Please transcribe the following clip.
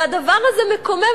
והדבר הזה מקומם,